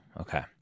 Okay